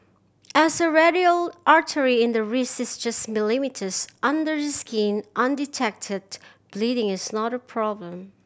as the radial artery in the wrist is just millimetres under the skin undetected bleeding is not a problem